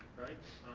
right?